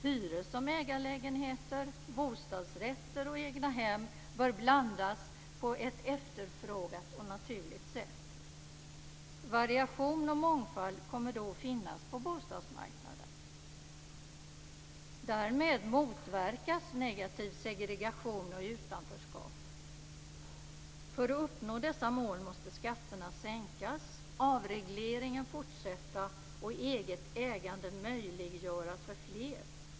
Hyres och ägarlägenheter, bostadsrätter och egnahem bör blandas på ett efterfrågat och naturligt sätt. Variation och mångfald kommer då att finnas på bostadsmarknaden. Därmed motverkas negativ segregation och utanförskap. För att uppnå dessa mål måste skatterna sänkas, avregleringen fortsätta och eget ägande möjliggöras för fler.